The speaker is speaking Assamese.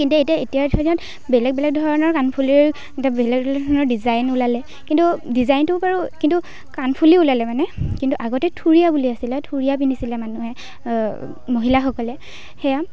কিন্তু এতিয়া এতিয়াৰ ধৰি লওক বেলেগ বেলেগ ধৰণৰ কাণফুলিৰ বেলেগ বেলেগ ধৰণৰ ডিজাইন ওলালে কিন্তু ডিজাইনটো বাৰু কিন্তু কাণফুলি ওলালে মানে কিন্তু আগতে থুৰিয়া বুলি আছিলে থুৰিয়া পিন্ধিছিলে মানুহে মহিলাসকলে সেয়া